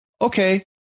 okay